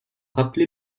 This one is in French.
rappeler